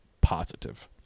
positive